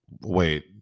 Wait